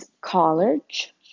college